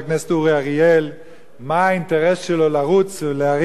אתה רואה את אורי אריאל ואתה רואה את שר